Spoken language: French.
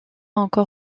encore